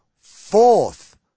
fourth